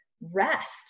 rest